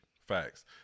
facts